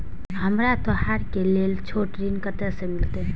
हमरा त्योहार के लेल छोट ऋण कते से मिलते?